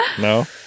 No